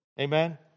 Amen